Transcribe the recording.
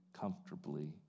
comfortably